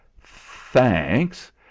Thanks